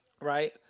right